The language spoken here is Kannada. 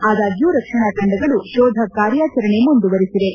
ಆದಾಗ್ಲೂ ರಕ್ಷಣಾ ತಂಡಗಳು ಶೋಧ ಕಾರ್ಯಾಚರಣೆ ಮುಂದುವರಿಸಿವೆ